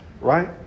right